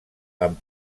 amb